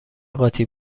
قاطی